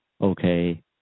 okay